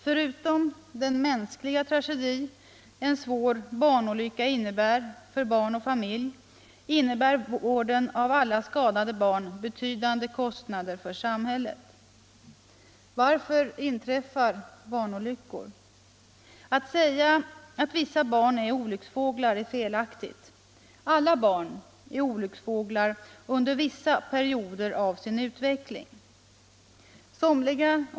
Förutom den mänskliga tragedi en svår barnolycka innebär för barn och familj innebär vården av alla skadade barn betydande kostnader för samhället. Varför inträffar barnolyckor? Att säga att vissa barn är olycksfåglar är felaktigt. Alla barn är olycksfåglar under vissa perioder av sin. utveckling.